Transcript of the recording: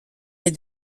les